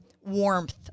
warmth